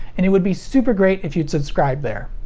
and it'd be super great if you'd subscribe there!